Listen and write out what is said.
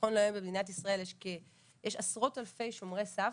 נכון להיום במדינת ישראל יש עשרות אלפי שומרי סף,